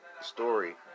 story